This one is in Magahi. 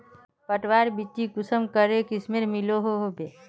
पटवार बिच्ची कुंसम करे किस्मेर मिलोहो होबे?